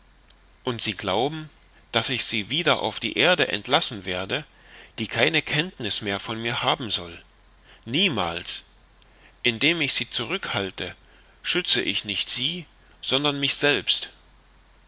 und sie glauben daß ich sie wieder auf die erde entlassen werde die keine kenntniß mehr von mir haben soll niemals indem ich sie zurückhalte schütze ich nicht sie sondern mich selbst